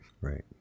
right